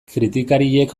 kritikariek